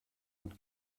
und